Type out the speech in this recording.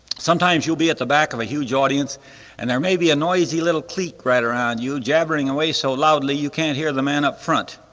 sometimes you'll be at the back of a huge audience and there may be a noisy little cleek right around you jabbering away so loudly you can't hear the man up front,